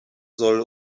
soll